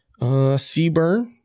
Seaburn